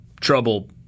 trouble